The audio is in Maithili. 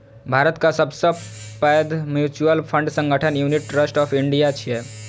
भारतक सबसं पैघ म्यूचुअल फंड संगठन यूनिट ट्रस्ट ऑफ इंडिया छियै